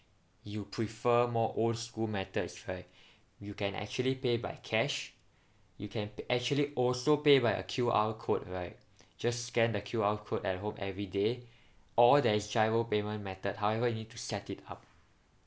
you prefer more old school methods right you can actually pay by cash you can actually also pay by a Q_R code right just scan the Q_R code at home everyday or there is giro payment method however you need to set it up